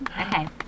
Okay